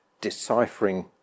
deciphering